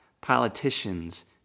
politicians